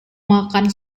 makan